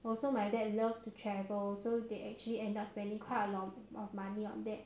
also my dad loves to travel so they actually end up spending quite a lot of of money on that